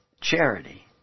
charity